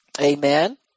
Amen